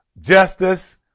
justice